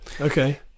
okay